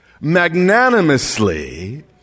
magnanimously